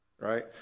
Right